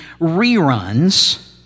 reruns